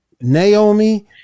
Naomi